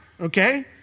okay